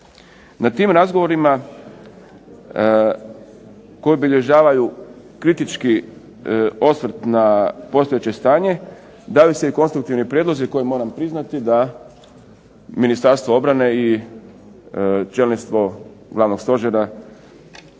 Na tim razgovorima koji obilježavaju kritički osvrt na postojeće stanje daju se i konstruktivni prijedlozi koji moram priznati da Ministarstvo obrane i čelništvo Glavnog stožera